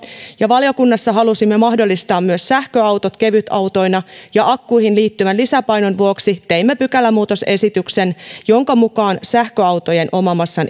ja valiokunnassa halusimme mahdollistaa myös sähköautot kevytautoina ja akkuihin liittyvän lisäpainon vuoksi teimme pykälämuutosesityksen jonka mukaan sähköautojen omamassan